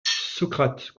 socrate